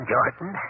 Jordan